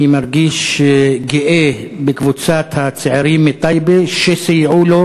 אני מרגיש גאה בקבוצת הצעירים מטייבה שסייעו לו